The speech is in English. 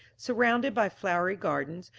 surrounded by flowery gardens,